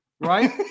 right